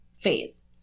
phase